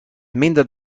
minder